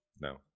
No